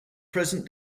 present